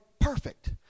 perfect